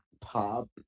pop